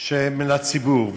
מן הציבור.